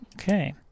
okay